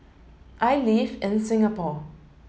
I live in Singapore